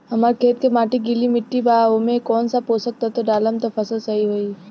हमार खेत के माटी गीली मिट्टी बा ओमे कौन सा पोशक तत्व डालम त फसल सही होई?